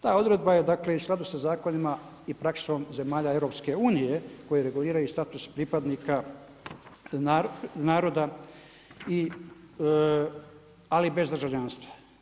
Ta odredba je dakle i u skladu sa zakonima i praksom zemalja EU koje reguliraju status pripadnika naroda ali bez državljanstva.